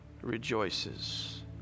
rejoices